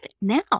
now